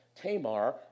Tamar